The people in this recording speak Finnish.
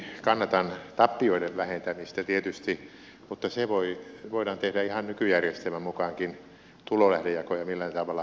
henkilökohtaisesti kannatan tappioiden vähentämistä tietysti mutta se voidaan tehdä ihan nykyjärjestelmänkin mukaan tulolähdejakoja millään tavalla purkamatta